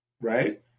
right